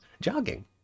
Jogging